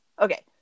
Okay